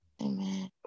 Amen